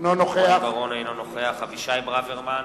אינו נוכח אבישי ברוורמן,